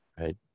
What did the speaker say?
Right